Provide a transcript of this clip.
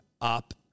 up